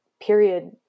period